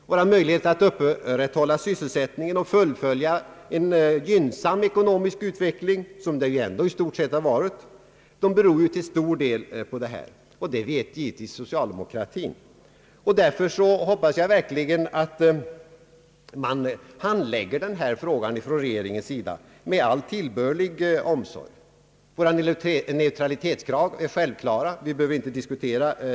Våra möjligheter att upprätthålla sysselsättningen och fullfölja en gynnsam ekonomisk utveckling — som det ju ändå i stort sett har varit — beror till stor del på detta. Det vet givetvis socialdemokratin, och därför hoppas jag verkligen att regeringen handlägger frågan med all tillbörlig omsorg. Våra neutralitetskrav är självklara — den saken behöver vi inte diskutera.